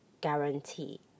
guarantee